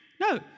No